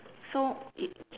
so it